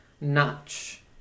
Notch